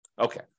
Okay